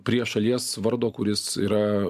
prie šalies vardo kuris yra